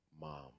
mom